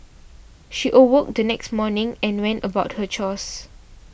she awoke the next morning and went about her chores